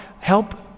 help